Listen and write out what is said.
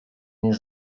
nie